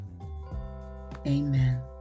Amen